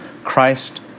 Christ